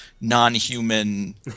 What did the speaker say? non-human